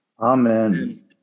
Amen